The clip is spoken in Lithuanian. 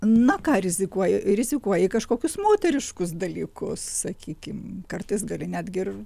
na ką rizikuoji rizikuoji kažkokius moteriškus dalykus sakykim kartais gali netgi ir